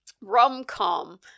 rom-com